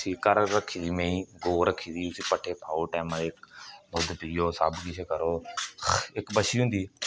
घर रक्खी दी मेहीं गौ रक्खी दी उसी पट्ठे पाओ टैमे दे दुद्ध पिओ सब किश करो इक बच्छी होंदी ही